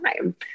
time